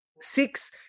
six